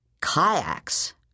Kayaks